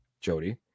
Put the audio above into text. Jody